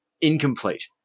incomplete